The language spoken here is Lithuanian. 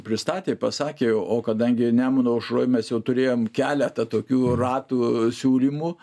pristatė pasakė o kadangi nemuno aušroj mes jau turėjom keletą tokių ratų siūlymų